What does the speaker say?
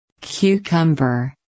Cucumber